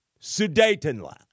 Sudetenland